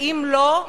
ואם לא,